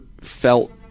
felt